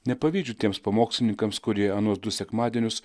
nepavydžiu tiems pamokslininkams kurie anuos du sekmadienius